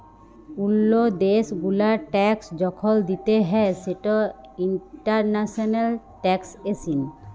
ওল্লো দ্যাশ গুলার ট্যাক্স যখল দিতে হ্যয় সেটা ইন্টারন্যাশনাল ট্যাক্সএশিন